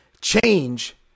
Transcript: change